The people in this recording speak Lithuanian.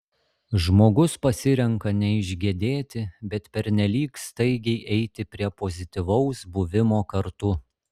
žmogus pasirenka neišgedėti bet pernelyg staigiai eiti prie pozityvaus buvimo kartu